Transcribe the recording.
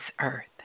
earth